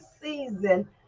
season